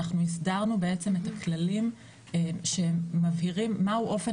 אנחנו הסדרנו בעצם את הכללים שמבהירים מהו אופן